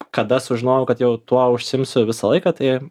kada sužinojau kad jau tuo užsiimsiu visą laiką tai